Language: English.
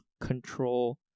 control